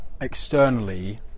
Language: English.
externally